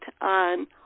on